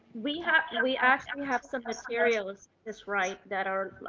we have, we actually and have some materials, ms. wright, that are